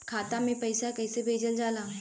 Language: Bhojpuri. खाता में पैसा कैसे भेजल जाला?